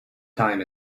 time